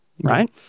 right